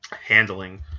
handling